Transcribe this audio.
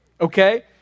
Okay